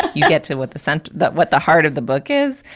but you get to what the sense that what the heart of the book is,